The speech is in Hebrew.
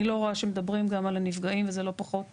אני לא רואה שמדברים גם על הנפגעים וזה לא פחות חשוב.